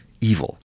evil